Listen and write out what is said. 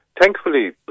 Thankfully